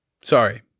Sorry